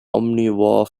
omnivore